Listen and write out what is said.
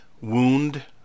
wound